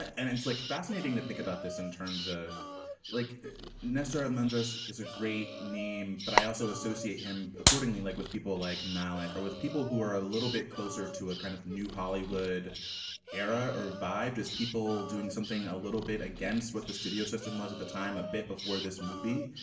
and it's like fascinating that think about this in terms of like nasser a mundus is a great name, but i also associate him accordingly, like with people like malick or with people who are a little bit closer to a kind of new hollywood era or vibed as people doing something a little bit against what the studio system was at the time, a bit before this movie.